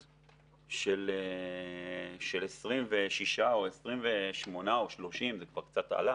של 26 או 28 או 30 זה כבר קצת עלה